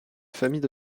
famille